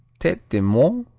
tete de moine,